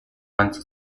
once